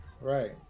Right